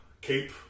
cape